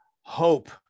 hope